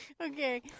Okay